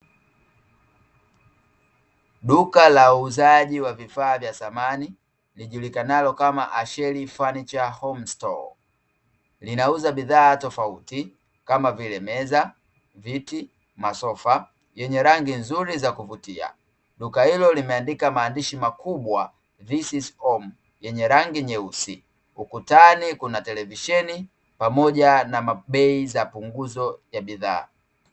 Duka la uuzaji wa vifaa vya samani lijulikanalo kama "ASHERY FURNITURE HOME STORE" linauza bidhaa tofauti kama vile:meza, viti, masofa yenye rangi nzuri za kuvutia, duka hilo limeandika maandishi makubwa"THIS IS HOME"yenye rangi nyeusi, ukutani kuna televisheni pamoja na bei za punguzo za bidhaa.